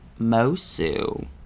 mosu